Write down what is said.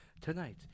tonight